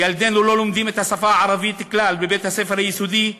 ילדינו לא לומדים את השפה הערבית כלל בבית-הספר היסודי,